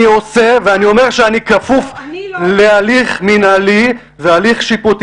אני עושה ואני אומר שאני כפוף להליך מינהלי ושיפוטי